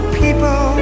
people